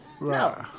No